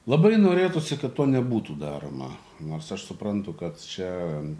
labai norėtųsi kad to nebūtų daroma nors aš suprantu kad čia